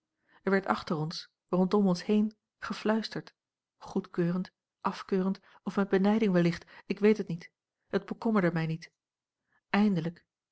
er werd achter ons rondom ons heen gefluisterd goedkeurend afkeurend of met benijding wellicht ik weet het niet het bekommerde mij niet eindelijk